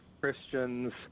Christians